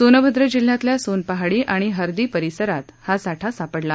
सोनभद्र जिल्ह्यातल्या सोन पहाडी आणि हरदी परिसरात हा साठा सापडला